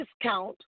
discount